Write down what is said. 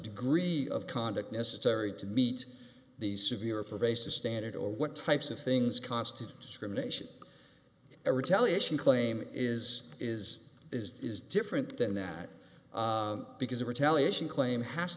degree of conduct necessary to meet the severe pervasive standard or what types of things constant discrimination a retaliation claim is is is different than that because a retaliation claim has